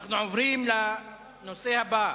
אנחנו עוברים לנושא הבא,